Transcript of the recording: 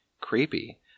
creepy